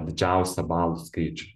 didžiausią balų skaičių